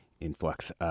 Influx